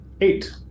Eight